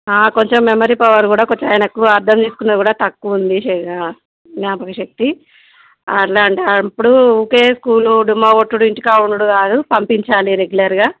కొంచం memory power కూడా కొంచెం ఆయనకు అర్దం చేసుకున్నా కూడా తక్కువుంది జ్ఞాపకశక్తి అలాంటప్పుడు ఊరికే స్కూల్ డుమ్మా కొట్టడం ఇంటి కాడ ఉండడం కాదు పంపించాలి రెగ్యులర్గా